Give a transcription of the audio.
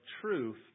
truth